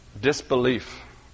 disbelief